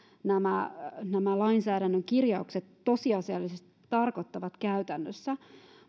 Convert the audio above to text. nämä nämä lainsäädännön kirjaukset tosiasiallisesti tarkoittavat käytännössä